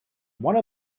one